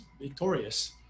victorious